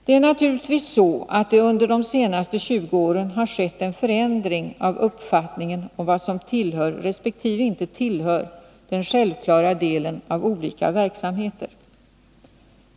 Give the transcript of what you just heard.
Det är naturligtvis så att det under de senaste 20 åren har skett en förändring av uppfattningen om vad som tillhör resp. inte tillhör den självklara delen av olika verksamheter.